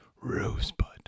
rosebud